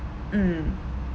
mm